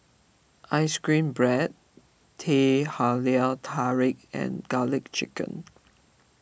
Ice Cream Bread Teh Halia Tarik and Garlic Chicken